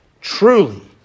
truly